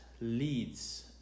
leads